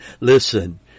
Listen